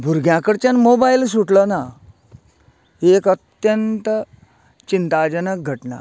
भुरग्यां कडच्यान मोबायल सुटलो ना ही एक अत्यंत चिंताजनक घटना